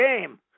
game